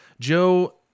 joe